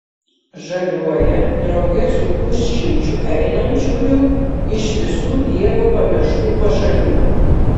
žaliuoja drauge su pusšimčiu einančiųjų iš visų dievo pamirštų pašalių